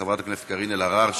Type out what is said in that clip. בראשות חברת הכנסת קארין אלהרר,